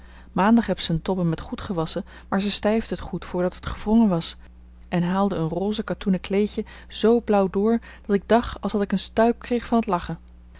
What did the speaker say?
maandag heb ze een tobbe met goed gewasse maar ze stijfde het goed voordat het gevronge was en haalde een rozee katoene kleedje zoo blauw door dat ik dach alsdat ik een stuip kreeg van t lache